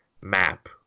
map